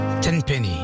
Tenpenny